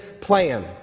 plan